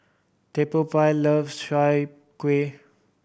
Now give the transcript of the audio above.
Theophile loves Chai Kueh